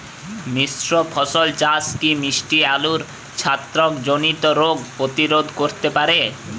মিশ্র ফসল চাষ কি মিষ্টি আলুর ছত্রাকজনিত রোগ প্রতিরোধ করতে পারে?